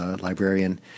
librarian